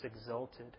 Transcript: exalted